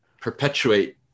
perpetuate